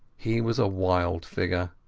he was a wild figure,